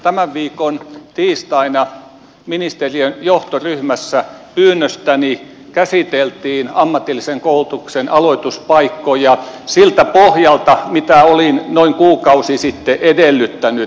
tämän viikon tiistaina ministeriön johtoryhmässä pyynnöstäni käsiteltiin ammatillisen koulutuksen aloituspaikkoja siltä pohjalta mitä olin noin kuukausi sitten edellyttänyt